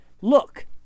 Look